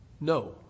No